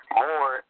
more